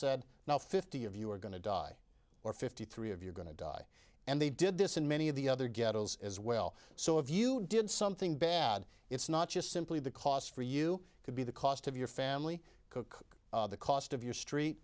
said now fifty of you are going to die or fifty three of you're going to die and they did this in many of the other ghettos as well so if you did something bad it's not just simply the cost for you could be the cost of your family cook the cost of your street